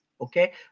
okay